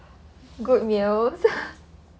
good meals